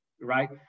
right